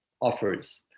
offers